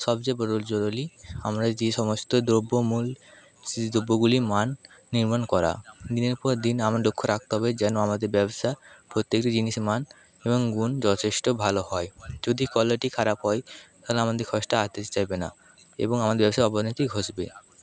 সবযেয়ে বড়ো জরুরী আমরা যেই সমস্ত দ্রব্যমূল্য সেই দ্রব্যগুলির মান নির্মাণ করা দিনের পর দিন আমি লক্ষ্য রাখতে হবে যেন আমাদের ব্যবসা প্রত্যেকটি জিনিসের মান এবং গুণ যথেষ্ট ভালো হয় যদি কোয়ালিটি খারাপ হয় তাহলে আমাদের কস্টটা যাবে না এবং আমাদের ব্যবসায় অবনতি ঘটবে